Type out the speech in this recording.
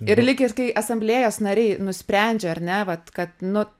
ir lyg ir kai asamblėjos nariai nusprendžia ar ne vat kad nu